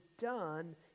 done